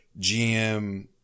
GM